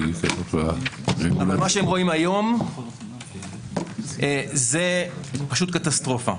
-- מה שהם רואים היום זה פשוט קטסטרופה.